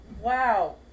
Wow